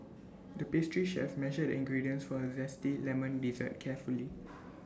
the pastry chef measured ingredients for A Zesty Lemon Dessert carefully